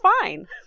fine